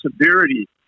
severity